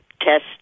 test